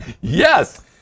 Yes